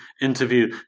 interview